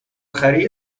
خری